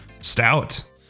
Stout